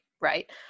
Right